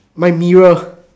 my mirror